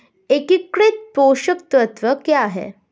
एकीकृत पोषक तत्व क्या है?